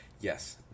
Yes